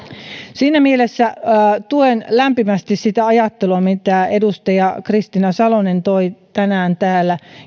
siinä mielessä tuen lämpimästi sitä ajattelua mitä edustaja kristiina salonen toi tänään täällä